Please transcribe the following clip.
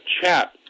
chat